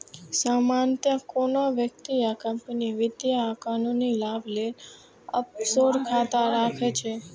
सामान्यतः कोनो व्यक्ति या कंपनी वित्तीय आ कानूनी लाभ लेल ऑफसोर खाता राखै छै